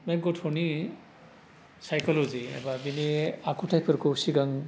बे गथ'नि सायक'ल'जि एबा बिनि आखुथाइफोरखौ सिगां